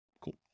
Cool